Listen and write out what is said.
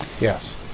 Yes